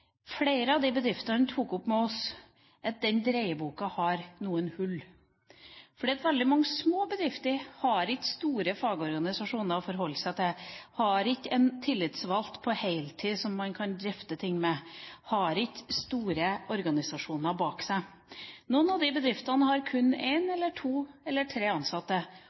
Flere av de bedriftene tok opp med oss at den dreieboka har noen hull. Veldig mange små bedrifter har ikke store fagorganisasjoner å forholde seg til, har ikke en tillitsvalgt på heltid som man kan drøfte ting med, har ikke store organisasjoner bak seg. Noen av de bedriftene har kun en eller to eller tre ansatte,